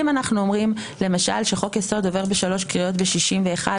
אם אנחנו אומרים למשל שחוק יסוד עובר בשלוש קריאות ב-61,